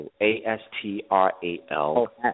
A-S-T-R-A-L